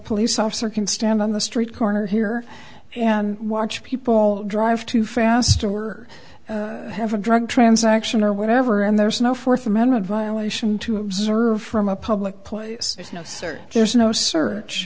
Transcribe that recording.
police officer can stand on the street corner here and watch people drive too fast or have a drug transaction or whatever and there's no fourth amendment violation to observe from a public place there's no search